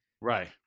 right